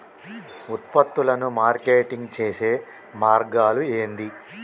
ఉత్పత్తులను మార్కెటింగ్ చేసే మార్గాలు ఏంది?